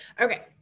Okay